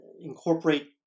incorporate